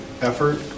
effort